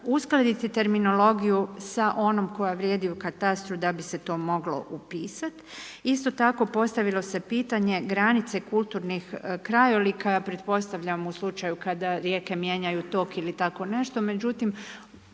uskladiti terminologiju sa onom koja vrijedi u katastru da bi se to moglo upisati. Isto tako, postavilo se pitanje granice kulturnih krajolika pretpostavljam u slučaju kada rijeke mijenjaju tok ili tako nešto. Međutim,